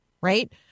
right